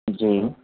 جی